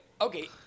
okay